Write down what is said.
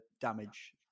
damage